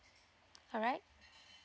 all right